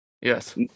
yes